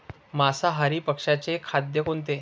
मांसाहारी पक्ष्याचे खाद्य कोणते?